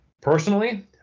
Personally